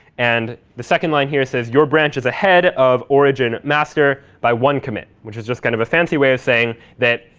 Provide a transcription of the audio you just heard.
and the second line here says, your branch is ahead of origin master by one commit, which is just kind of a fancy way of saying that,